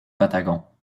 patagon